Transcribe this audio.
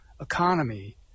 economy